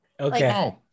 Okay